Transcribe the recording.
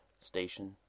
Station